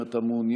אם אתה מעוניין,